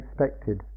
unexpected